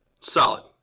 Solid